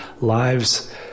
lives